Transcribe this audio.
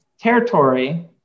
territory